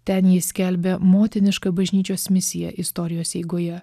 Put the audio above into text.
ten ji skelbia motinišką bažnyčios misiją istorijos eigoje